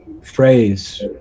phrase